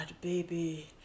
baby